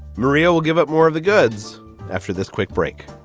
maria will give up more of the goods after this quick break